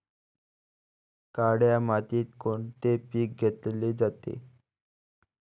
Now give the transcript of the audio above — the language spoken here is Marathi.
काळ्या मातीत कोनचे पिकं घेतले जाते?